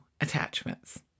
attachments